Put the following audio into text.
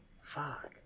fuck